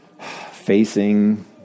facing